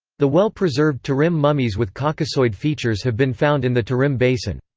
the well-preserved tarim mummies with caucasoid features have been found in the tarim basin.